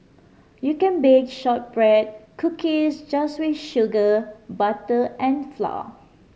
you can bake shortbread cookies just with sugar butter and flour